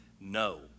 no